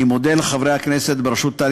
אני מודה לחברי הכנסת בראשות טלי